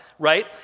right